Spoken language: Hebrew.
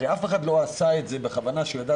הרי אף אחד לא עשה את זה בכוונה שהוא ידע